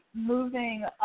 moving